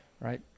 right